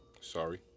sorry